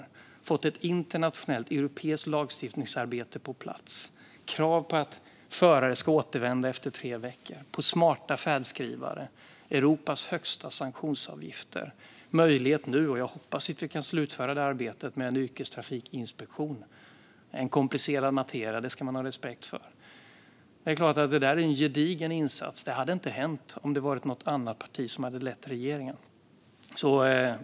Vi har fått ett internationellt europeiskt lagstiftningsarbete på plats. Vi har krav på att förare ska återvända efter tre veckor och smarta färdskrivare. Vi har Europas högsta sanktionsavgifter. Jag hoppas att vi nu kan slutföra arbetet med en yrkestrafikinspektion. Det är en komplicerad materia. Det ska man ha respekt för. Det är en gedigen insats. Det hade inte hänt som det varit något annat parti som hade lett regeringen.